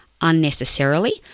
unnecessarily